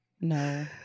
No